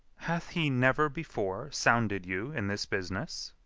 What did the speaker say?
hath he never before sounded you in this business?